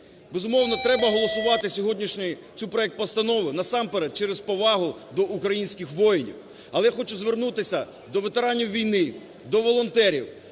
Безумовно, треба голосувати сьогоднішній цей проект постанови насамперед через повагу до українських воїнів. Але я хочу звернутися до ветеранів війни, до волонтерів: